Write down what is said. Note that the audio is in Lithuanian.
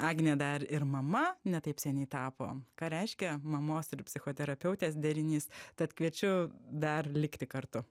agnė dar ir mama ne taip seniai tapo ką reiškia mamos ir psichoterapeutės derinys tad kviečiu dar likti kartu